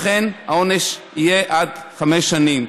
לכן העונש יהיה עד חמש שנים.